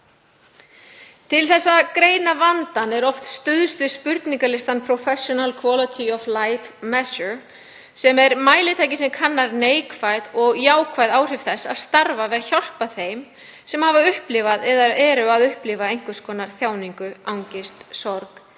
Til þess að greina vandann er oft stuðst við spurningalistann Professional Quality of Life Measure (ProQOL) sem er mælitæki sem kannar neikvæð og jákvæð áhrif þess að starfa við að hjálpa þeim sem hafa upplifað eða eru að upplifa einhvers konar þjáningu, angist, sorg eða